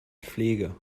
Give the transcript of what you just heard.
pflege